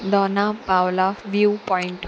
Dona Paula view point